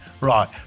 right